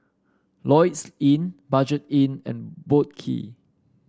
Lloyds Inn Budget Inn and Boat Quay